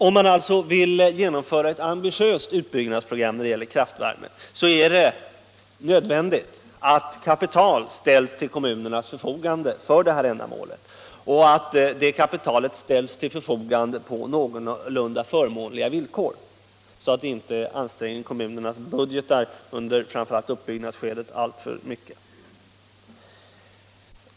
Om man vill genomföra ett ambitiöst utbyggnadsprogram för kraftvärme är det alltså nödvändigt att kapital ställs till kommunernas förfogande för det ändamålet och att det sker på någorlunda förmånliga villkor så att inte kommunernas budgetar ansträngs alltför mycket under framför allt utbyggnadsskedet.